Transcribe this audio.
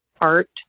art